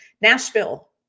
Nashville